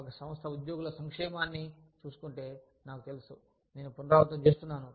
ఒక సంస్థ ఉద్యోగుల సంక్షేమాన్ని చూసుకుంటే నాకు తెలుసు నేను పునరావృతం చేస్తున్నాను